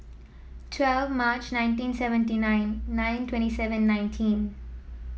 twelve March nineteen seventy nine nine twenty seven nineteen